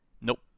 Nope